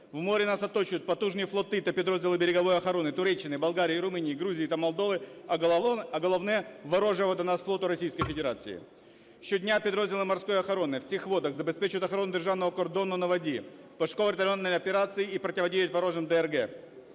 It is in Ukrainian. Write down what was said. В морі нас оточують потужні флоти та підрозділи берегової охорони Туреччини, Болгарії, Румунії, Грузії та Молдови, а головне – ворожого до нас флоту Російської Федерації. Щодня підрозділи морської охорони в цих водах забезпечують охорону державного кордону на воді, пошуково-рятувальні операції і протидіють ворожим ДРГ.